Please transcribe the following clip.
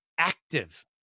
Active